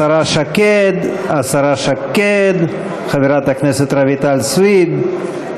השרה שקד, השרה שקד, חברת הכנסת רויטל סויד.